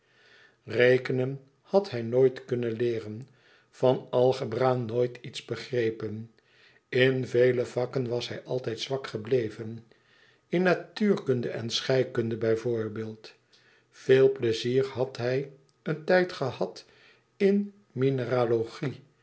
rekenen had hij nooit kunnen leeren van algebra nooit iets begrepen in vele vakken was hij altijd zwak gebleven in natuurkunde en scheikunde bijvoorbeeld veel pleizier had hij een tijd gehad in